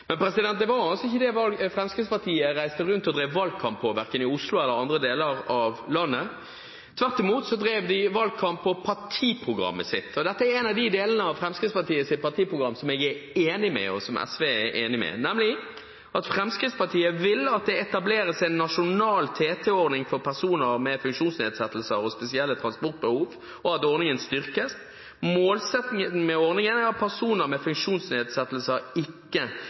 Men det var ikke det Fremskrittspartiet reiste rundt og drev valgkamp på verken i Oslo eller andre deler av landet. Tvert imot drev de valgkamp på partiprogrammet sitt – og dette er en av delene av Fremskrittspartiets partiprogram som jeg og SV er enig i – nemlig: «FrP vil at det etableres en Nasjonal transportordning for personer med funksjonsnedsettelser og spesielt transportbehov, og at ordningen styrkes. Målsettingen med ordningen er at personer med funksjonsnedsettelser ikke